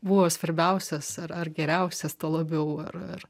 buvo svarbiausias ar ar geriausias tuo labiau ar ar